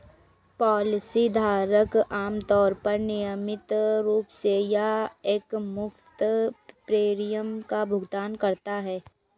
policy धारक आमतौर पर नियमित रूप से या एकमुश्त प्रीमियम का भुगतान करता है